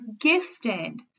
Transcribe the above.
gifted